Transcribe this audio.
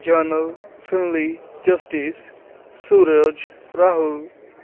ਜਨਲ ਫਿਨਲੀ ਜਸਟਿਸ ਸੂਰਜ ਰਾਹੂ